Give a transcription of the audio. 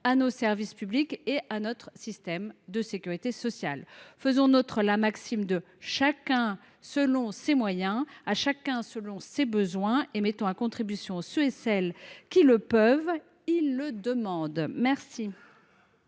à nos services publics et à notre système de sécurité sociale. Faisons nôtre la maxime « de chacun selon ses moyens, à chacun selon ses besoins », et mettons à contribution ceux et celles qui le peuvent : ils le demandent !